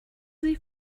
sie